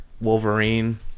wolverine